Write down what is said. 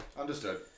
Understood